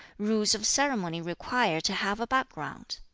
rules of ceremony require to have a background!